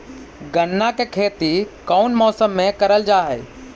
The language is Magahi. गन्ना के खेती कोउन मौसम मे करल जा हई?